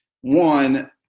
one